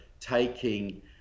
taking